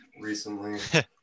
recently